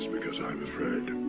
because i'm afraid.